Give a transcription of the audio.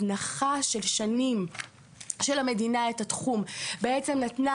הזנחה של שנים של המדינה את התחום בעצם נתנה